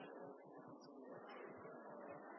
representerer